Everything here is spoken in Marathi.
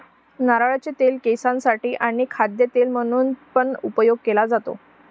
नारळाचे तेल केसांसाठी आणी खाद्य तेल म्हणून पण उपयोग केले जातो